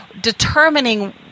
determining